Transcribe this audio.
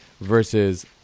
versus